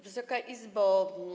Wysoka Izbo!